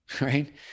right